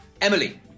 Emily